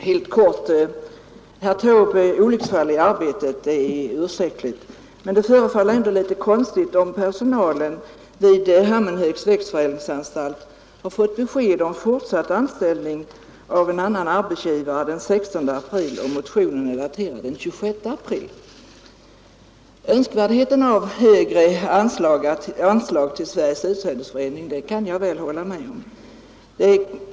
Herr talman! Jag skall fatta mig helt kort. Olycksfall i arbetet är ursäktligt, herr Taube, men förefaller det inte litet konstigt om personalen vid Hammenhögs växtförädlingsanstalt har fått besked om fortsatt anställning av en annan arbetsgivare den 16 april och motionen är daterad den 26 april? Att det är önskvärt med högre anslag till Sveriges utsädesförening kan jag väl hålla med om.